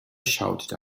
shouted